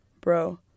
bro